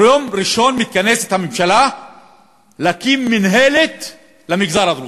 ביום ראשון מתכנסת הממשלה להקים מינהלת למגזר הדרוזי,